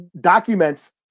documents